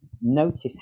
Notice